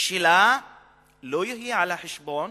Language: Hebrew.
שלה לא יהיה על-חשבון